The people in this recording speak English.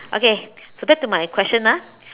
okay so back to my question ah